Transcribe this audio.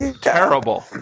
terrible